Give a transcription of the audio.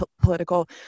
political